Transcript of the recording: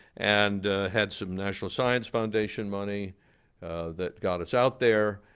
and had some national science foundation money that got us out there.